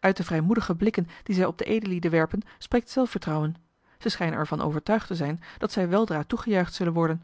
uit de vrijmoedige blikken die zij op de edellieden werpen spreekt zelfvertrouwen zij schijnen er van overtuigd te zijn dat zij weldra toegejuicht zullen worden